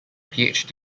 phd